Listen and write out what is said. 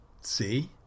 See